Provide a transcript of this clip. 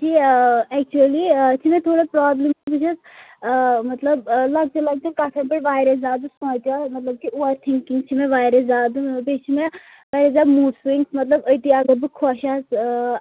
جی اٮ۪کچُؤلی آ چھِ مےٚ تھوڑا پرٛابلِم وُچھ حظ آ مطلب لۄکچن لۄکچن کَتھن پٮ۪ٹھ واریاہ زیادٕ سونٛچان مطلب کہِ اَووَر تھِنکِنٛگ چھِ مےٚ واریاہ زیادٕ بیٚیہِ چھِ مےٚ واریاہ زیادٕ موٗڈٕس سُوِنٛگٕس مطلب أتی آسہٕ بہٕ خۄش یا